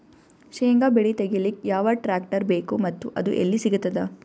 ಶೇಂಗಾ ಬೆಳೆ ತೆಗಿಲಿಕ್ ಯಾವ ಟ್ಟ್ರ್ಯಾಕ್ಟರ್ ಬೇಕು ಮತ್ತ ಅದು ಎಲ್ಲಿ ಸಿಗತದ?